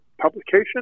publication